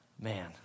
Man